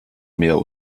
mehr